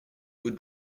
were